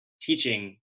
teaching